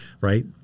right